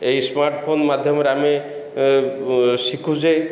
ଏହି ସ୍ମାର୍ଟଫୋନ୍ ମାଧ୍ୟମରେ ଆମେ ଶିଖୁଛେ